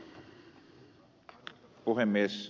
arvoisa puhemies